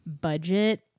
budget